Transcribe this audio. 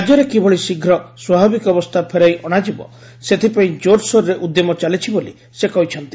ରାଜ୍ୟରେ କିଭଳି ଶୀଘ୍ର ସ୍ୱାଭାବିକ ଅବସ୍ଥା ଫେରାଇ ଅଣାଯିବ ସେଥିପାଇଁ କୋରସୋରରେ ଉଦ୍ୟମ ଚାଲିଛି ବୋଲି ସେ କହିଛନ୍ତି